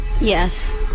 Yes